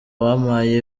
bampaye